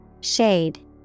Shade